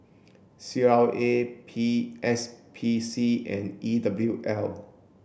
C L A P S P C and E W L